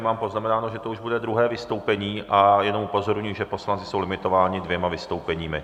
Mám poznamenáno, že to už bude druhé vystoupení, a jenom upozorňuji, že poslanci jsou limitováni dvěma vystoupeními.